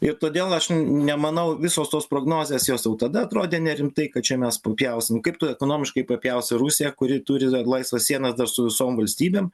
ir todėl aš nemanau visos tos prognozės jos jau tada atrodė nerimtai kad čia mes papjausim kaip tu ekonomiškai papjausi rusiją kuri turi laisvą sieną dar su visom valstybėm